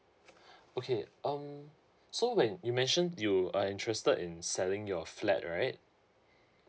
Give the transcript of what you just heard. okay um so when you mention you are interested in selling your flat right